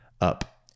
up